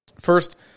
First